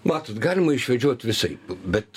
matot galima išvedžiot visaip bet